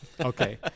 Okay